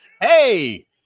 Hey